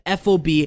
FOB